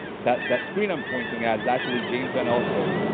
that that screen i'm pointing at is actually james van elswyk,